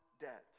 debt